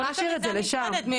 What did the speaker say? בואו נשאיר את זה לפרק ההוא.